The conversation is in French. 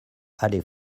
allée